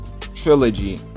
trilogy